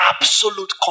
absolute